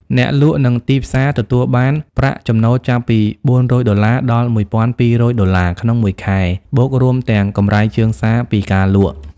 អ្នកលក់ និងទីផ្សារទទួលបានប្រាក់ចំណូលចាប់ពី ៤០០ ដុល្លារ ដល់ ១,២០០ ដុល្លារ ក្នុងមួយខែ បូករួមទាំង កម្រៃជើងសារពីការលក់។